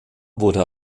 wurde